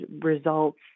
results